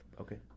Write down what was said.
Okay